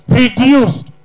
reduced